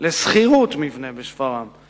לשכירות מבנה בשפרעם,